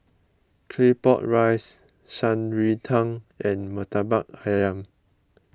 Claypot Rice Shan Rui Tang and Murtabak Ayam